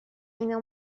اینا